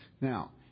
Now